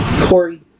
Corey